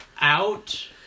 out